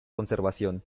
conservación